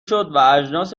شدواجناس